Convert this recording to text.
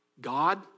God